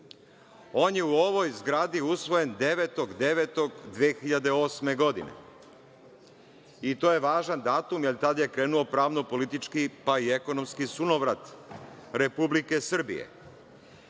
On je u ovoj zgradi usvojen 9. septembra 2008. godine. To je važan datum, jer tada je krenuo pravno-politički, pa i ekonomski sunovrat Republike Srbije. Naša